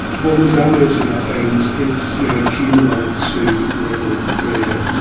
well these are mounting up, and it's now accumulated to a level where